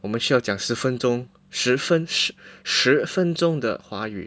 我们需要讲十分钟十分十分钟的华语